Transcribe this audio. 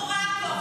הוא רמבו.